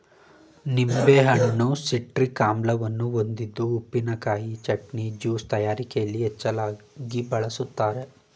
ನಿಂಬೆಹಣ್ಣು ಸಿಟ್ರಿಕ್ ಆಮ್ಲವನ್ನು ಹೊಂದಿದ್ದು ಉಪ್ಪಿನಕಾಯಿ, ಚಟ್ನಿ, ಜ್ಯೂಸ್ ತಯಾರಿಕೆಯಲ್ಲಿ ಹೆಚ್ಚಾಗಿ ಬಳ್ಸತ್ತರೆ